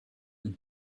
and